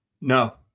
No